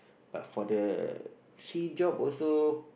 but for the actually job also